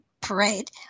parade